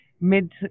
mid